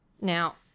Now